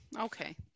Okay